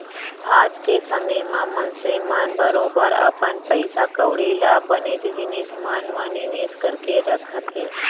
आज के समे म मनसे मन बरोबर अपन पइसा कौड़ी ल बनेच जिनिस मन म निवेस करके रखत हें